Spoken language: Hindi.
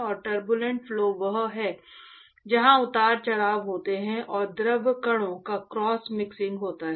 और टर्बूलेंट फ्लो वह है जहां उतार चढ़ाव होते हैं और द्रव कणों का क्रॉस मिक्सिंग होता है